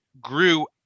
grew